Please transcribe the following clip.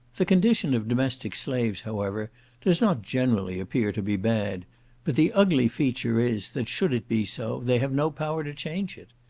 the condition of domestic slaves, however, does not generally appear to be bad but the ugly feature is, that should it be so, they have no power to change it.